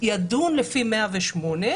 שזה ידון לפי 108,